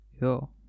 yo